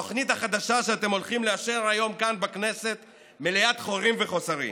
התוכנית החדשה שאתם הולכים לאשר היום כאן בכנסת מלאת חורים וחוסרים,